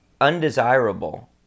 undesirable